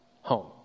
home